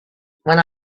when